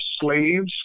slaves